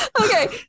okay